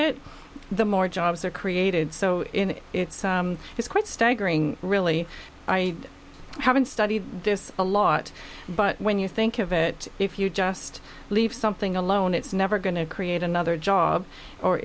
it the more jobs are created so it's it's quite staggering really i haven't studied this a lot but when you think of it if you just leave something alone it's never going to create another job or